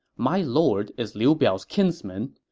my lord is liu biao's kinsman.